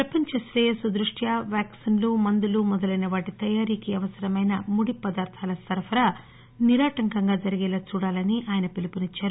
ప్రపంచ శ్రేయస్సు దృష్ట్యా వ్యాక్సిన్లు మందులు మొదలైన వాటి తయారీకి అవసరమైన ముడి పదార్థాల సరఫరా నిరాటంకంగా జరిగేలా చూడాలని ఆయన పిలుపునిచ్చారు